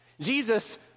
Jesus